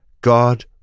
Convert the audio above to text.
God